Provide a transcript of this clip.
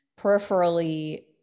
Peripherally